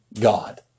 God